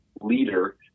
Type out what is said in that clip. leader